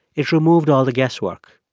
it removed all the guesswork.